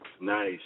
Nice